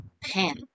Pen